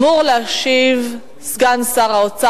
הצעה לסדר-היום מס' 4750. אמור להשיב סגן שר האוצר,